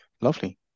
lovely